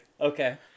okay